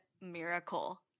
miracle